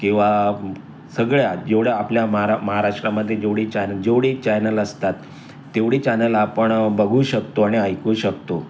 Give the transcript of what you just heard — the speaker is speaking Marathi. किंवा सगळ्या जेवढ्या आपल्या महारा महाराष्ट्रामध्ये जेवढी चॅन जेवढे चॅनल असतात तेवढी चॅनल आपण बघू शकतो आणि ऐकू शकतो